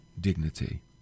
dignity